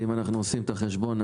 אם אנחנו עושים את החשבון,